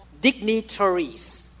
dignitaries